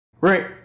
right